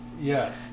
Yes